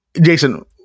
jason